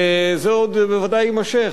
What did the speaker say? וזה עוד בוודאי יימשך,